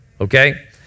okay